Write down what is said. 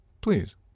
Please